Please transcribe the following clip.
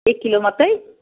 एक किलो मात्रै